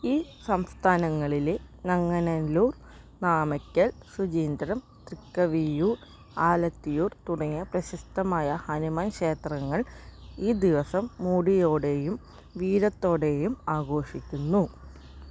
ഈ സംസ്ഥാനങ്ങളിലെ നങ്ങനല്ലൂർ നാമക്കൽ ശുചീന്ദ്രം തൃക്കവിയൂർ ആലത്തിയൂർ തുടങ്ങിയ പ്രശസ്തമായ ഹനുമാൻ ക്ഷേത്രങ്ങൾ ഈ ദിവസം മോടിയോടെയും വീര്യത്തോടെയും ആഘോഷിക്കുന്നു